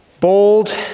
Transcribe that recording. Bold